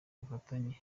bufatanye